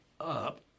up